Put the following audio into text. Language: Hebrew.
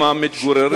הילדים לא לומדים?